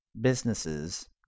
businesses